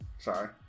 Sorry